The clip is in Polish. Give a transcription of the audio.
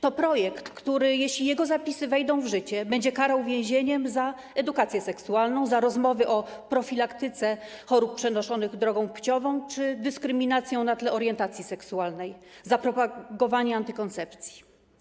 To projekt, który, jeśli jego zapisy wejdą w życie, będzie karał więzieniem za edukację seksualną, za rozmowy o profilaktyce chorób przenoszonych drogą płciową czy o dyskryminacji na tle orientacji seksualnej, za propagowanie antykoncepcji.